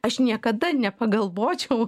aš niekada nepagalvočiau